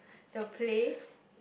the place